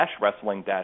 wrestling